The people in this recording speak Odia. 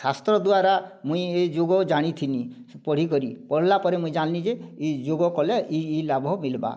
ଶାସ୍ତ୍ର ଦ୍ଵାରା ମୁଇଁ ଏ ଯୋଗ ଜାଣିଥିନି ପଢ଼ିକରି ପଢ଼ିଲା ପରେ ମୁଇଁ ଜାଣିଲି ଯେ ଏଇ ଯୋଗ କଲେ ଇ ଇ ଲାଭ ମିଲ୍ବା